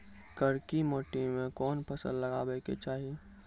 करकी माटी मे कोन फ़सल लगाबै के चाही?